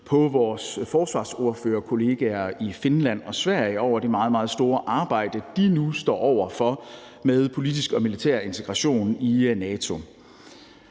på vores forsvarsordførerkollegaer i Finland og Sverige over det meget, meget store arbejde, de nu står over for, med politisk og militær integration i NATO.